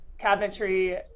cabinetry